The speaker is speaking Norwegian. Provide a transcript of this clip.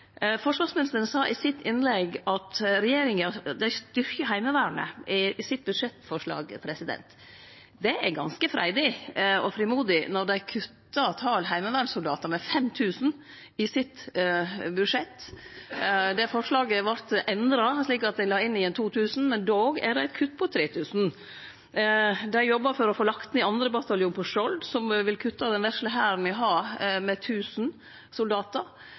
Forsvarsministeren sa i sitt innlegg at regjeringa styrkjer Heimevernet i budsjettforslaget sitt. Det er ganske freidig og frimodig, når dei kuttar talet på heimevernssoldatar med 5 000 i sitt budsjett. Det forslaget vart endra, slik at ein la inn igjen 2 000, men likevel er det eit kutt på 3 000. Dei jobbar for å få lagt ned 2. bataljon på Skjold, som vil kutte den vesle hæren me har, med 1 000 soldatar.